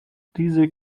diese